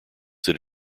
that